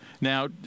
Now